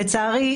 לצערי,